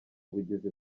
bugizi